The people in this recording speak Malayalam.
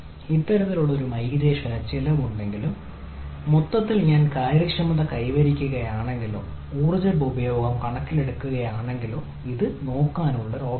ഇത്തരത്തിലുള്ള ഒരു മൈഗ്രേഷന് ചിലവ് ഉണ്ടെങ്കിലും മൊത്തത്തിൽ ഞാൻ കാര്യക്ഷമത കൈവരിക്കുകയാണെങ്കിലോ ഊർജ്ജ ഉപഭോഗം കണക്കിലെടുക്കുകയാണെങ്കിലോ അത് നോക്കാനുള്ള ഒരു നല്ല ഓപ്ഷനാണ്